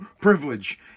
privilege